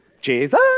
Jesus